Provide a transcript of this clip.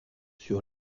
sur